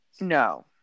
no